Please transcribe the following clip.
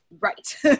right